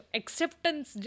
acceptance